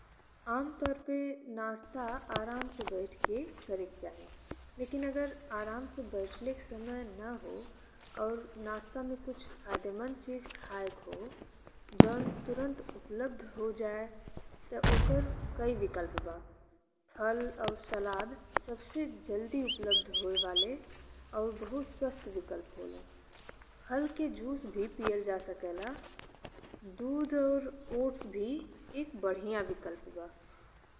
आमतौर पे नाश्ता आराम से बैठ के करे के चाही, लेकिन अगर आराम से बैईठले के समय न हो और नास्ता में कुछ फायदे मंद चीज खाए के हो, जौन तुरंत उपलब्ध हो जाए ता ओकर कई विकल्प बा। फल और सलाद सबसे जल्दी उपलब्ध होए वाले और बहुत स्वस्थ विकल्प होले। फल के जूस भी पियल जा सकेला। दूध और ओट्स भी एक बढ़िया विकल्प बा।